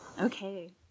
Okay